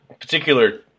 particular